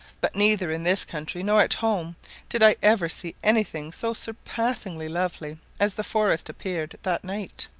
but neither in this country nor at home did i ever see any thing so surpassingly lovely as the forest appeared that night.